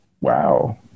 Wow